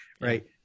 right